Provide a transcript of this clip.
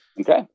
Okay